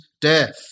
death